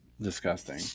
disgusting